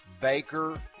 baker